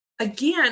Again